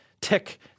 tick